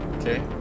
Okay